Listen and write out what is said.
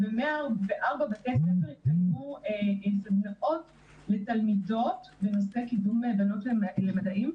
וב-104 בתי ספר יתקיימו סדנאות לתלמידות בנושא קידום בנות למדעים,